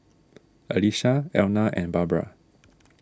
Alesha Elna and Barbra